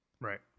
Right